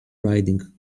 riding